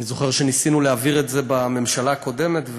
אני זוכר שניסינו להעביר את זה בממשלה הקודמת,